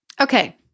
Okay